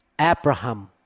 Abraham